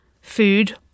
Food